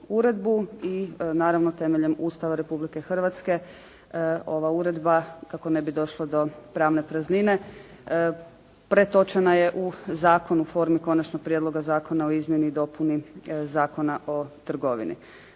i naravno temeljem Ustava Republike Hrvatske ova uredba, kako ne bi došlo do pravne praznine, pretočena je u zakon u formi Konačnog prijedloga Zakona o izmjeni i dopuni Zakona o trgovini.